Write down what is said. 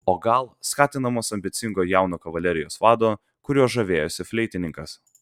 o gal skatinamas ambicingo jauno kavalerijos vado kuriuo žavėjosi fleitininkas